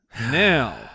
now